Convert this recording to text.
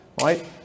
right